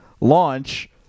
Launch